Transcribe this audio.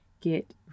get